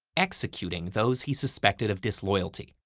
executing those he suspected of disloyalty.